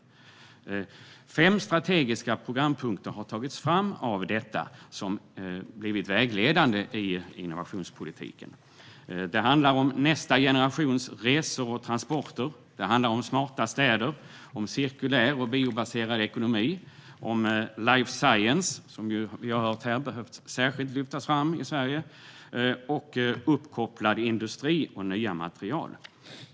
Av detta har fem strategiska programpunkter tagits fram, och dessa fem punkter har blivit vägledande i innovationspolitiken. Punkterna handlar om nästa generations resor och transporter, om smarta städer, om cirkulär och biobaserad ekonomi, om life science - vilket, som vi har hört här, särskilt behöver lyftas fram i Sverige - samt om uppkopplad industri och nya material.